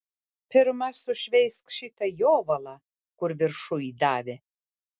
pirma sušveisk šitą jovalą kur viršuj davė